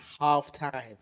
halftime